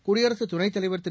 குடியரசுத் துணைத்தலைவர் திரு